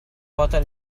ruota